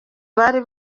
bari